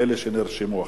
אלה שנרשמו.